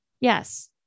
Yes